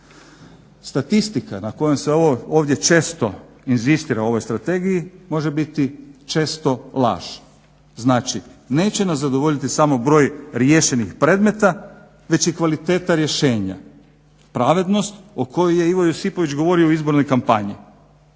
Statistike na koje se ovdje često inzistira u ovoj Strategiji može biti često laž. Znači, neće nas zadovoljiti samo broj riješenih predmeta već i kvaliteta rješenja. Pravednost o kojoj je Ivo Josipović govorio u izbornoj kampanji.